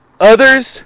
others